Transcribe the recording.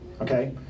okay